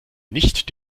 nicht